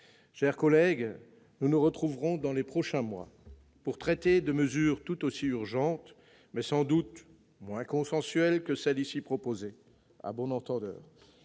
chers collègues, nous nous retrouverons dans les prochains mois pour discuter de mesures tout aussi urgentes, mais sans doute moins consensuelles : à bon entendeur